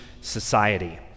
society